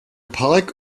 park